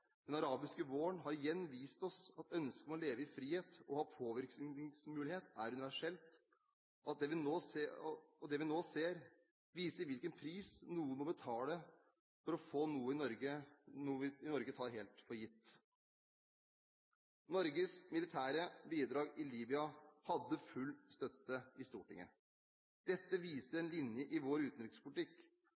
Den arabiske våren har igjen vist oss at ønsket om å leve i frihet og å ha påvirkningsmulighet er universelt, og det vi nå ser, viser hvilken pris noen må betale for å få noe vi i Norge tar helt for gitt. Norges militære bidrag i Libya hadde full støtte i Stortinget. Dette viser en linje i vår utenrikspolitikk: